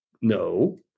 No